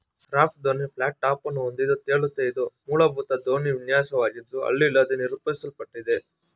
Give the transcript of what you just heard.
raft ದೋಣಿ flat ಟಾಪನ್ನು ಹೊಂದಿದ್ದು ತೇಲುತ್ತೆ ಇದು ಮೂಲಭೂತ ದೋಣಿ ವಿನ್ಯಾಸವಾಗಿದ್ದು ಹಲ್ ಇಲ್ಲದೇ ನಿರೂಪಿಸಲ್ಪಟ್ಟಿದೆ